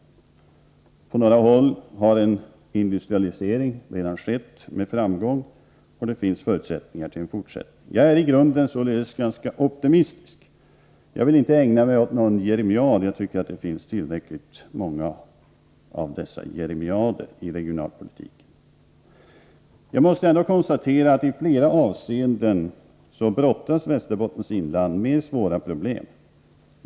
På några håll har en industrialisering redan skett med framgång, och det finns förutsättningar för en fortsättning. Jag är i grunden således ganska optimistisk. Jag vill inte ägna mig åt någon jeremiad. Jag tycker att det finns tillräckligt många jeremiader i den regionalpolitiska debatten. Jag måste ändå konstatera att Västerbottens inland i flera avseenden brottas med svåra problem.